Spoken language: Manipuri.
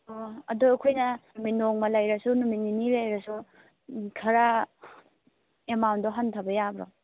ꯑꯣ ꯑꯗꯨ ꯑꯩꯈꯣꯏꯅ ꯅꯣꯡꯃ ꯂꯩꯔꯁꯨ ꯅꯨꯃꯤꯠ ꯅꯤꯅꯤ ꯂꯩꯔꯁꯨ ꯈꯔ ꯑꯦꯃꯥꯎꯟꯗꯣ ꯈꯟꯊꯕ ꯌꯥꯕ꯭ꯔꯣ